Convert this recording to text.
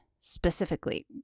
specifically